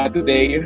today